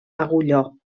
agulló